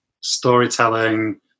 storytelling